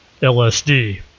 LSD